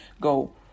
go